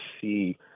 see